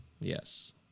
Yes